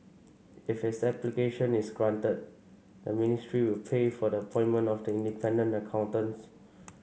if its application is granted the ministry will pay for the appointment of the independent accountants